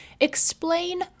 Explain